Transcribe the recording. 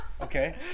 Okay